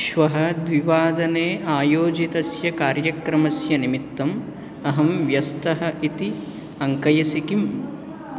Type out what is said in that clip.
श्वः द्विवादने आयोजितस्य कार्यक्रमस्य निमित्तम् अहं व्यस्तः इति अङ्कयसि किम्